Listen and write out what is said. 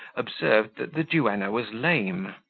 observed that the duenna was lame,